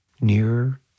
nearer